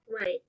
Right